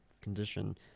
condition